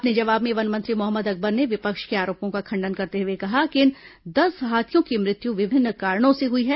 अपने जवाब में वन मंत्री मोहम्मद अकबर ने विपक्ष के आरोपों का खंडन करते हुए कहा कि इन दस हाथियों की मृत्यु विभिन्न कारणों से हुई है